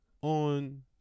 on